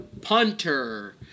Punter